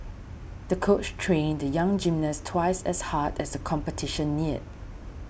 the coach trained the young gymnast twice as hard as the competition neared